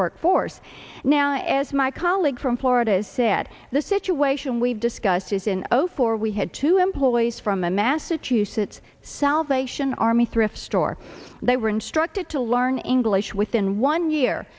workforce now as my colleague from florida said the situation we've discussed is in zero four we had two employees from the massachusetts salvation army thrift store they were instructed to learn english within one year